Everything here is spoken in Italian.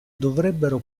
dovrebbero